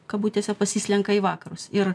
kabutėse pasislenka į vakarus ir